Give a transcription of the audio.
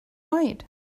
oed